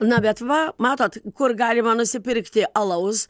na bet va matot kur galima nusipirkti alaus